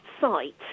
site